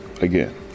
again